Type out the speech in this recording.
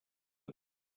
him